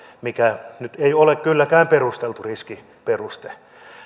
mikä nyt ei ole kylläkään perusteltu riskiperuste